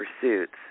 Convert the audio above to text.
pursuits